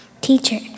Teacher